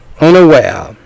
unaware